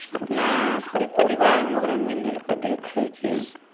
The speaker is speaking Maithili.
अपना पूरे परिवारमे ओकरा मिलि जुलि कऽ देखयके हइ